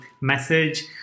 message